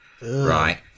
right